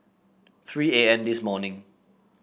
three A M this morning